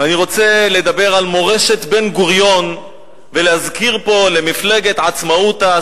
אני רוצה לדבר על מורשת בן-גוריון ולהזכיר פה למפלגת "עצמאותה",